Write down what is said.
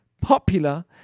popular